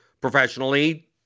professionally